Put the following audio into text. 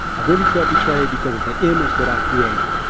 i really felt betrayed because of the image that i created,